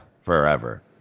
forever